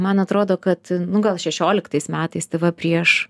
man atrodo kad nu gal šešioliktais metais tai va prieš